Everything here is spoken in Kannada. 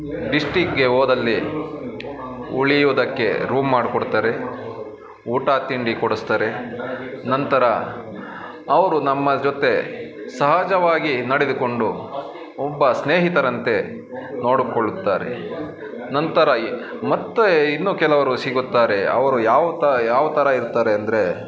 ಡಿಸ್ಟಿಕ್ಕಿಗೆ ಹೋದಲ್ಲಿ ಉಳಿಯುವುದಕ್ಕೆ ರೂಮ್ ಮಾಡ್ಕೊಡ್ತಾರೆ ಊಟ ತಿಂಡಿ ಕೊಡಿಸ್ತರೆ ನಂತರ ಅವರು ನಮ್ಮ ಜೊತೆ ಸಹಜವಾಗಿ ನಡೆದುಕೊಂಡು ಒಬ್ಬ ಸ್ನೇಹಿತರಂತೆ ನೋಡಿಕೊಳ್ಳುತ್ತಾರೆ ನಂತರ ಮತ್ತು ಇನ್ನು ಕೆಲವರು ಸಿಗುತ್ತಾರೆ ಅವರು ಯಾವ್ತರ ಯಾವ್ತರ ಇರ್ತಾರೆ ಅಂದರೆ